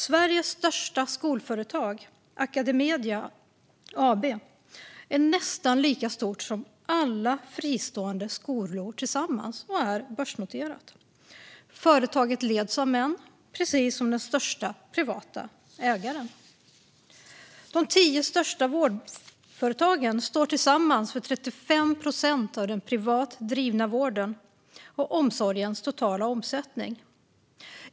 Sveriges största skolföretag, Academedia AB, är nästan lika stort som alla andra fristående skolor tillsammans och är börsnoterat. Företaget leds av män, precis som den största privata ägaren. De tio största vårdföretagen står tillsammans för 35 procent av den totala omsättningen för den privat drivna vården och omsorgen.